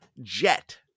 jet